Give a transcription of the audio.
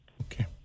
Okay